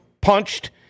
punched